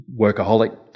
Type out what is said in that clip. workaholic